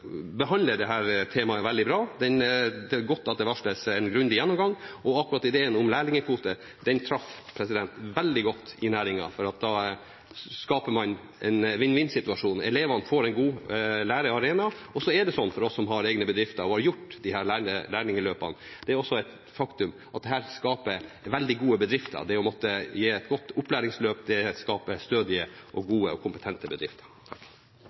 behandler dette temaet veldig bra. Det er godt at det varsles en grundig gjennomgang, og akkurat ideen om lærlingkvote traff veldig godt i næringen, for da skaper man en vinn-vinn-situasjon. Elevene får en god læringsarena, og – for oss som har egne bedrifter og har gjort disse lærlingløpene – det er også et faktum at dette skaper veldig gode bedrifter. Det å måtte gi et godt opplæringsløp skaper stødige, gode og kompetente bedrifter.